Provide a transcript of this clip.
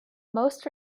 most